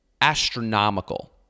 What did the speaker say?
astronomical